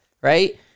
Right